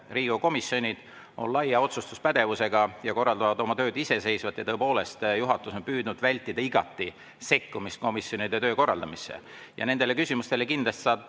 komisjonid on laia otsustuspädevusega ja korraldavad oma tööd iseseisvalt. Tõepoolest, juhatus on igati püüdnud vältida sekkumist komisjonide töö korraldamisse. Nendele küsimustele kindlasti saad